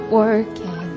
working